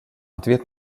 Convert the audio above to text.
ответ